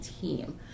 team